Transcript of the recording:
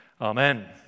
Amen